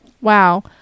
Wow